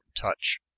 touch